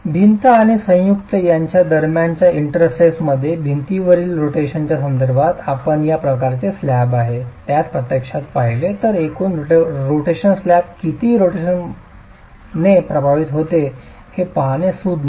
भिंत आणि संयुक्त यांच्या दरम्यानच्या इंटरफेसमध्ये भिंतीवरील रोटेशनच्या संदर्भात आपण ज्या प्रकारचे स्लॅब आहे त्यास प्रत्यक्षात पाहिले तर एकूण रोटेशन स्लॅब किती रोटेशनने प्रभावित होते हे पाहणे सुज्ञ आहे